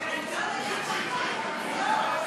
שאלה.